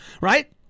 Right